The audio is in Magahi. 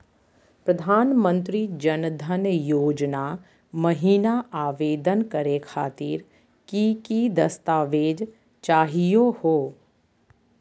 प्रधानमंत्री जन धन योजना महिना आवेदन करे खातीर कि कि दस्तावेज चाहीयो हो?